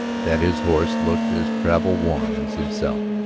that his horse looked as travel-worn as himself.